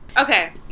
Okay